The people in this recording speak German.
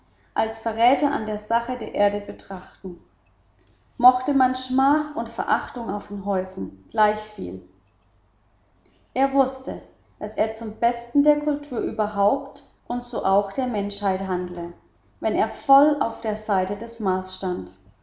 als verräter an der sache der erde betrachten mochte man schmach und verachtung auf ihn häufen gleichviel er wußte daß er zum besten der kultur überhaupt und so auch der menschheit handle wenn er voll auf der seite des mars stand